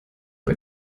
bei